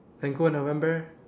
then go in november